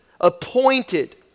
appointed